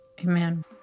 Amen